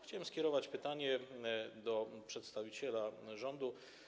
Chciałem skierować pytanie do przedstawiciela rządu.